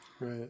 Right